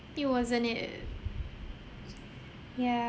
it wasn't if yeah